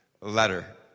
letter